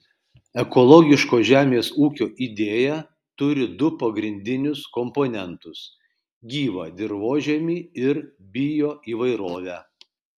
ekologiško žemės ūkio idėja turi du pagrindinius komponentus gyvą dirvožemį ir bioįvairovę